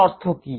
এর অর্থ কি